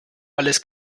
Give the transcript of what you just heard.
alles